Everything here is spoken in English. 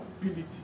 ability